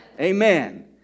Amen